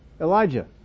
Elijah